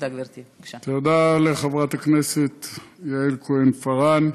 תודה לחברת הכנסת יעל כהן-פארן.